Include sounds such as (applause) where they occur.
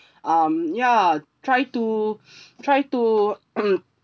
um ya try to (noise) try to (noise)